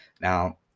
Now